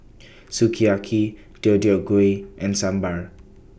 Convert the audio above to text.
Sukiyaki Deodeok Gui and Sambar